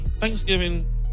Thanksgiving